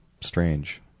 strange